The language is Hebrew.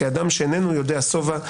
כאדם שאיננו יודע שובע,